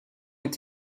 est